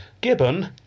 Gibbon